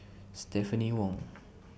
Stephanie Wong